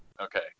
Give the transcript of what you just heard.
Okay